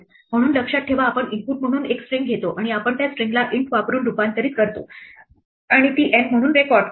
म्हणून लक्षात ठेवा आपण इनपुट म्हणून एक स्ट्रिंग घेतो आणि आपण त्या स्ट्रिंगला int वापरून रूपांतरित करतो आणि ती N म्हणून रेकॉर्ड करतो